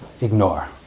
ignore